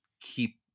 keep